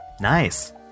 Nice